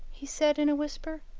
he said in a whisper,